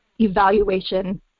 evaluation